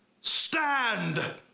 Stand